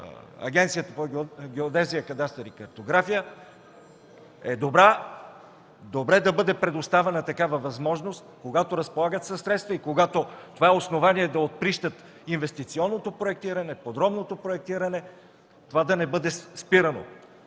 Агенцията по геодезия, картография и кадастър, е добре да бъде предоставена такава възможност – когато разполагат със средства и когато това е основание да отприщят инвестиционното проектиране, подробното проектиране, това да не бъде спирано